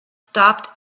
stopped